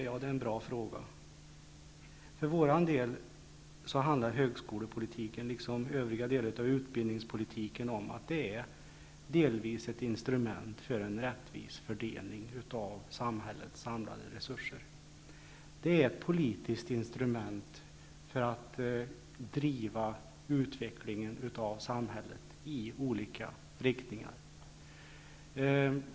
Ja, det är en bra fråga. För vår del är högskolepolitiken liksom övriga delar av utbildningspolitiken delvis ett instrument för en rättvis fördelning av samhällets samlade resurser. Det är ett politiskt instrument som ger oss möjlighet att driva utvecklingen av samhället i olika riktningar.